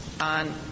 on